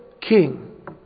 King